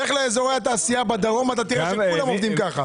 לך לאזורי התעשייה בדרום ואתה תראה שכולם עובדים ככה.